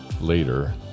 later